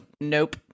nope